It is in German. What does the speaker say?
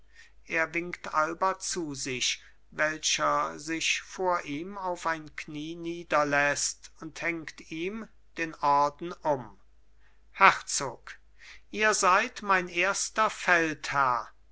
er winkt alba zu sich welcher sich vor ihm auf ein knie niederläßt und hängt ihm den orden um herzog ihr seid mein erster feldherr